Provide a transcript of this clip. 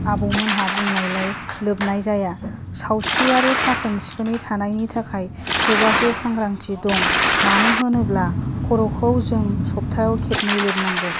आबौमोनहा बुंनायलाय लोबनाय जाया सावस्रि आरो साखोन सिखोननि थानायनि थाखाय थोजासे साग्रांथि दं मानो होनोब्ला खर'खौ जों सबथायाव खेबनै लोबनांगौ